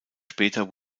später